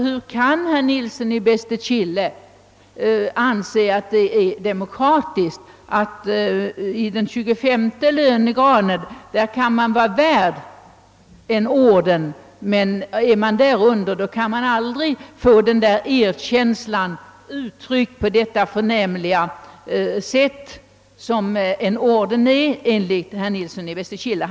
Hur kan herr Nilsson i Bästekille anse att det är demokratiskt ått den som sitter i 25 lönegraden kan våra värd en orden, medan den som befinner sig därunder aldrig skall få den där erkänslan uttryckt på det förnämliga sätt som en orden enligt herr Nilsson i Bästekille innebär?